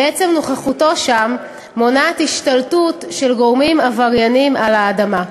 ועצם נוכחותו שם מונעת השתלטות של גורמים עברייניים על האדמה.